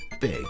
big